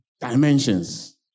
dimensions